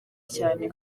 cyane